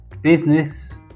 Business